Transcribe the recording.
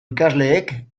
ikasleek